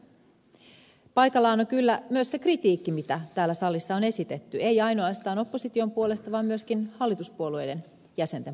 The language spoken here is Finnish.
paikallaan on kyllä myös se kritiikki mitä täällä salissa on esitetty ei ainoastaan opposition puolelta vaan myöskin hallituspuolueiden jäsenten puolelta